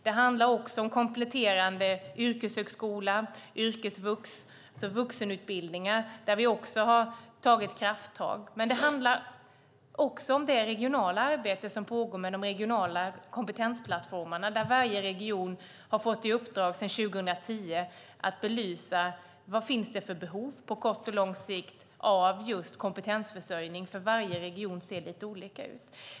Det handlar också om kompletterande yrkeshögskola, yrkesvux och vuxenutbildningar där vi också har tagit krafttag. Men det handlar även om det regionala arbete som pågår med de regionala kompetensplattformarna. Varje region har från 2010 fått i uppdrag att belysa vad det finns för behov på kort och lång sikt av just kompetensförsörjning, för varje region ser lite olika ut.